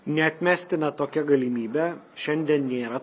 neatmestina tokia galimybė šiandien nėra